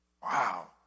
Wow